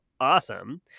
awesome